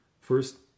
first